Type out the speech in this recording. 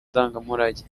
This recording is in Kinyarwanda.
ndangamurage